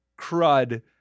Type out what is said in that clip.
crud